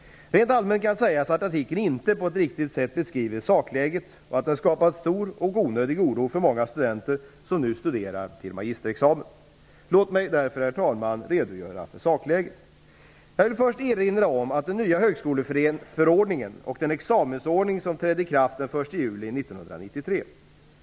Rent allmänt kan sägas att artikeln inte på ett riktigt sätt beskriver sakläget och att den skapat stor och onödig oro för många studenter som nu studerar till magisterexamen. Låt mig därför, herr talman, redogöra för sakläget. Jag vill först erinra om den nya högskoleförordningen och den examensordning som trädde i kraft den 1 juli 1993.